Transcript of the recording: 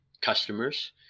customers